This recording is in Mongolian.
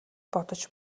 бодож